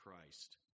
Christ